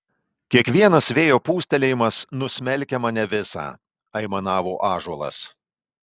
kiekvienas vėjo pūstelėjimas nusmelkia mane visą aimanavo ąžuolas